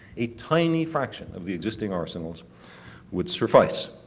a tiny fraction of the existing arsenals would suffice.